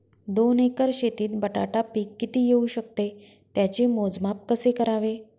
दोन एकर शेतीत बटाटा पीक किती येवू शकते? त्याचे मोजमाप कसे करावे?